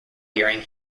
hearing